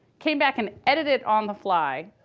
came back and edited it on the fly,